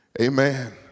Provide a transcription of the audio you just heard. amen